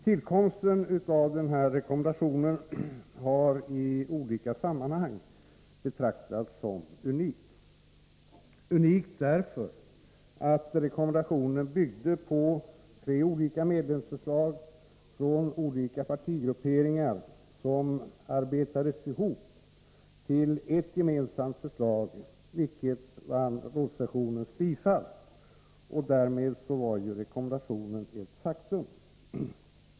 Tillkomsten av denna rekommendation har i olika sammanhang betraktats som någonting unikt. Rekommendationen byggde nämligen på tre olika medlemsförslag från olika partigrupperingar som arbetades ihop till ett gemensamt förslag, vilket vann rådssessionens bifall. Därmed var rekommendationen ett faktum.